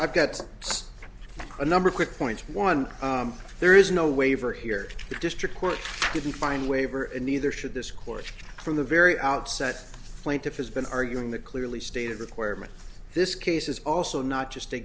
i've got six a number of quick points one there is no waiver here the district court couldn't find waiver and neither should this court from the very outset plaintiff has been arguing the clearly stated requirement this case is also not just a